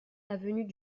avenue